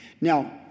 Now